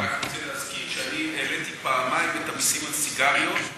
רק רוצה להגיד שאני העליתי פעמיים את המיסים על סיגריות,